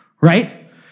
Right